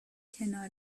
کنار